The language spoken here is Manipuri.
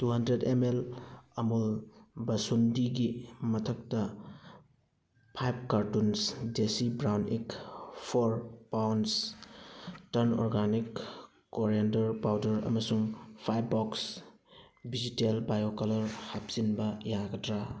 ꯇꯨ ꯍꯟꯗ꯭ꯔꯦꯗ ꯑꯦꯝ ꯑꯦꯜ ꯑꯃꯨꯜ ꯕꯁꯨꯟꯗꯤꯒꯤ ꯃꯊꯛꯇ ꯐꯥꯏꯕ cartons desi brown egg four pounds ꯇꯔꯟ ꯑꯣꯔꯒꯥꯅꯤꯛ ꯀꯣꯔꯤꯌꯥꯟꯗꯔ ꯄꯥꯎꯗꯔ ꯑꯃꯁꯨꯡ ꯐꯥꯏꯕ ꯕꯣꯛꯁ ꯚꯦꯖꯤꯇꯦꯜ ꯕꯥꯏꯑꯣ ꯀꯂꯔ ꯍꯥꯞꯆꯤꯟꯕ ꯌꯥꯒꯗ꯭ꯔꯥ